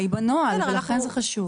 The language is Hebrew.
בנוהל, ולכן זה חשוב.